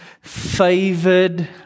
favored